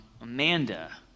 Amanda